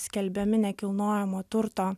skelbiami nekilnojamo turto